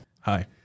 Hi